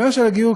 העניין של הגיור,